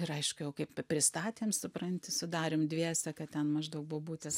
ir aišku jau kaip pristatėm supranti su darium dviese kad ten maždaug bobutės